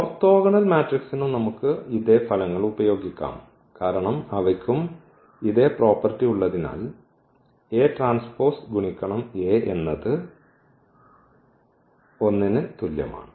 orthogonal മാട്രിക്സിനും നമുക്ക് ഇതേ ഫലങ്ങൾ ഉപയോഗിക്കാം കാരണം അവയ്ക്കും ഇതേ പ്രോപ്പർട്ടി ഉള്ളതിനാൽ A ട്രാൻസ്പോസ് ഗുണിക്കണം A എന്നത് I ന് തുല്യമാണ്